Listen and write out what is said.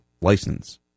license